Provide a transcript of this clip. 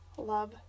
love